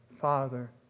Father